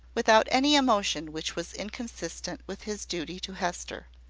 without any emotion which was inconsistent with his duty to hester.